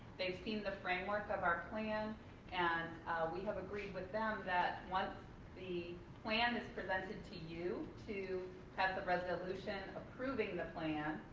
they've seen the framework of our plan and we have agreed with them that once the plan is presented to you, to have the resolution approving the plan,